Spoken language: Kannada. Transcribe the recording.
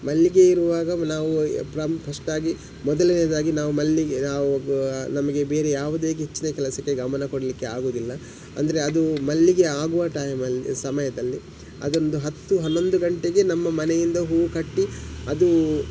ಮಲ್ಲಿಗೆ ಇರುವಾಗ ನಾವು ಪ್ಲಮ್ ಪಸ್ಟ್ ಆಗಿ ಮೊದಲನೆದಾಗಿ ನಾವು ಮಲ್ಲಿಗೆ ನಾವು ನಮಗೆ ಬೇರೆ ಯಾವುದೆ ಹೆಚ್ಚಿನ ಕೆಲಸಕ್ಕೆ ಗಮನ ಕೊಡಲಿಕ್ಕೆ ಆಗೋದಿಲ್ಲ ಅಂದರೆ ಅದು ಮಲ್ಲಿಗೆ ಆಗುವ ಟೈಮಲ್ಲಿ ಸಮಯದಲ್ಲಿ ಅದೊಂದು ಹತ್ತು ಹನ್ನೊಂದು ಗಂಟೆಗೆ ನಮ್ಮ ಮನೆಯಿಂದ ಹೂ ಕಟ್ಟಿ ಅದು